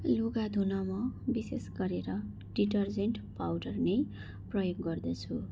लुगा धुन म विशेष गरेर डिटर्जेन्ट पाउडर नै प्रयोग गर्दछु